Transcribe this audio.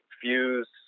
Fuse